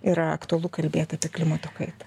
yra aktualu kalbėt apie klimato kaitą